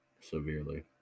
Severely